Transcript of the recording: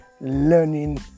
learning